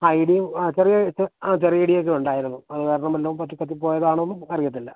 ആ ഇടി ആ ചെറിയ ആ ചെറിയ ഇടിയൊക്കെ ഉണ്ടായിരുന്നു അതുകാരണം വല്ലതും പറ്റി കത്തി പോയതാണോ എന്നും നമുക്ക് അറിയത്തില്ല